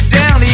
down